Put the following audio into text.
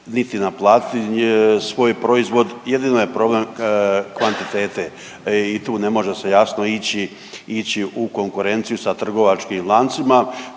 niti naplatiti svoj proizvod, jedino je problem kvantitete i tu ne može se jasno ići, ići u konkurenciju sa trgovačkim lancima,